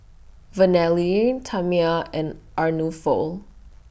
Vernelle Tamia and Arnulfo